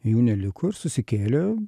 jų neliko ir susikėlė